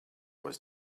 was